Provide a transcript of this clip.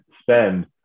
spend